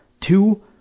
Two